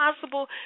possible